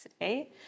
today